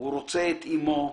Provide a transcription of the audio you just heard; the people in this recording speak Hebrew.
הוא רוצה את אימו,